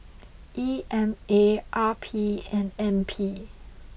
E M A R P and N P